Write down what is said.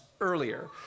earlier